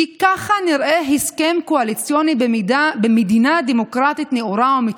כי ככה נראה הסכם קואליציוני במדינה דמוקרטית נאורה ומתפתחת.